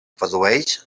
produeix